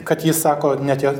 kad jis sako netie